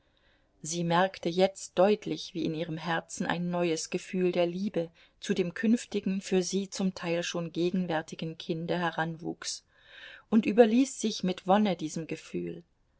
sie merkte jetzt deutlich wie in ihrem herzen ein neues gefühl der liebe zu dem künftigen für sie zum teil schon gegenwärtigen kinde heranwuchs und überließ sich mit wonne diesem gefühl